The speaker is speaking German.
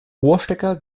ohrstecker